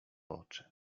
oczy